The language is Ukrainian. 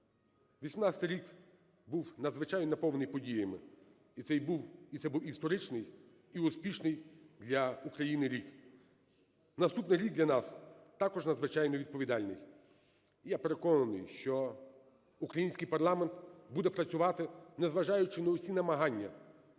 18-й рік був надзвичайно наповнений подіями, і це був історичний і успішний для України рік. Наступний рік для нас також надзвичайно відповідальний. Я переконаний, що український парламент буде працювати, незважаючи на всі намагання